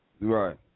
right